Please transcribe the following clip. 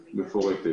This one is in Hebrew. מפורטת.